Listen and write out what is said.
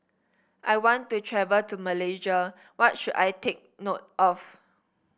I want to travel to Malaysia What should I take note of